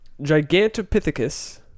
Gigantopithecus